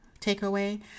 takeaway